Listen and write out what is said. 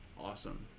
awesome